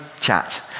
chat